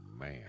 man